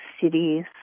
cities